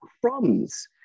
crumbs